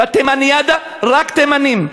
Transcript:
בתימניאדה רק תימנים,